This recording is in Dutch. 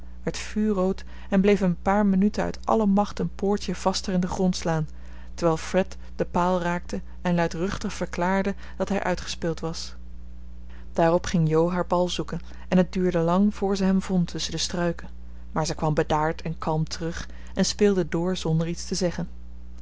werd vuurrood en bleef een paar minuten uit alle macht een poortje vaster in den grond slaan terwijl fred den paal raakte en luidruchtig verklaarde dat hij uitgespeeld was daarop ging jo haar bal zoeken en het duurde lang voor ze hem vond tusschen de struiken maar ze kwam bedaard en kalm terug en speelde door zonder iets te zeggen